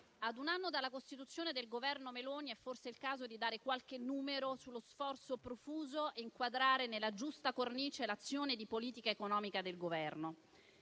ad un anno dalla costituzione del Governo Meloni, è forse il caso di dare qualche numero sullo sforzo profuso e inquadrare nella giusta cornice l'azione di politica economica del Governo.